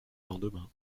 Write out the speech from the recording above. lendemain